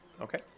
Okay